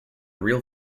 real